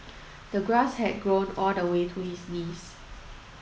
the grass had grown all the way to his knees